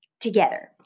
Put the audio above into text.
together